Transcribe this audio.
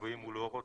אם הוא לא רוצה,